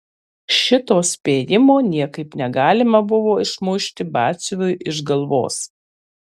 šito spėjimo niekaip negalima buvo išmušti batsiuviui iš galvos